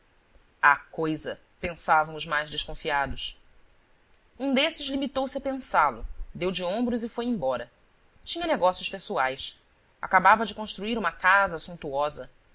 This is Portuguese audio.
há coisa pensavam os mais desconfiados um desses limitou-se a pensá lo deu de ombros e foi embora tinha negócios pessoais acabava de construir uma casa